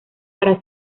para